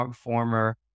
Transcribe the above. former